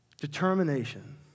Determination